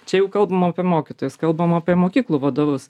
čia jau kalbam apie mokytojus kalbam apie mokyklų vadovus